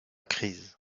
crise